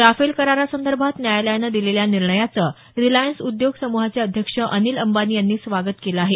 Rafale करारासंदर्भात न्यायालयानं दिलेल्या निर्णयाचं रिलायन्स उद्योग समूहाचे अध्यक्ष अनिल अंबानी यांनी स्वागत केलं आहे